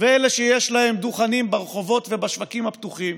ואלה שיש להם דוכנים ברחובות ובשווקים הפתוחים